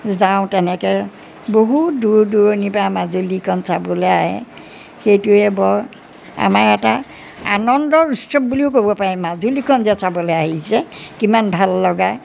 যাওঁ তেনেকে বহুত দূৰ দূৰণিৰপৰা মাজুলীখন চাবলৈ আহে সেইটোৱে বৰ আমাৰ এটা আনন্দৰ উৎসৱ বুলিও ক'ব পাৰি মাজুলীখন যে চাবলৈ আহিছে কিমান ভাললগা